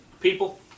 people